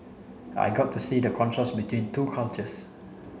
I got to see the contrast between two cultures